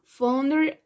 founder